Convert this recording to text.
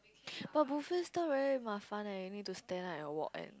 but buffet style very mafan eh you need to stand up and walk and